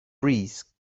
breeze